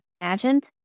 imagined